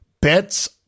bets